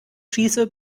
schieße